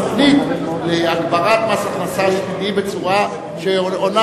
תוכנית להגברת מס הכנסה שלילי בצורה שעונה,